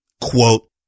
Quote